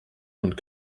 und